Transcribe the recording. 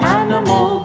animal